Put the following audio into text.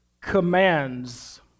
commands